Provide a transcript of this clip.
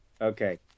Okay